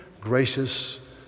gracious